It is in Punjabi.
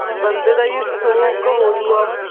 ਬੰਦੇ ਤਾਂ ਜੀ ਸੌ ਕੁ ਹੋ ਜੂਗਾ